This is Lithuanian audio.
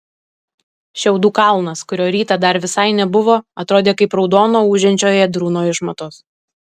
šiaudų kalnas kurio rytą dar visai nebuvo atrodė kaip raudono ūžiančio ėdrūno išmatos